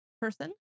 person